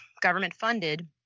government-funded